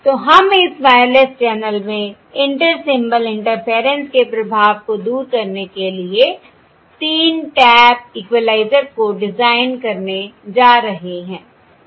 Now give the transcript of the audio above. तो हम इस वायरलेस चैनल में इंटर सिंबल इंटरफेरेंस के प्रभाव को दूर करने के लिए 3 टैप इक्वलाइज़र को डिज़ाइन करने जा रहे हैं सही